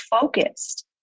focused